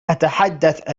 أتحدث